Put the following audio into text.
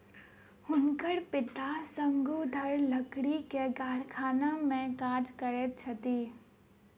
हुनकर पिता शंकुधर लकड़ी के कारखाना में काज करैत छथि